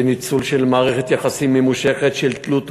בניצול של מערכת יחסים ממושכת של תלות ומרות,